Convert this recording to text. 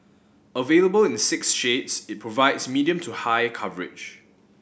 available in six shades it provides medium to high coverage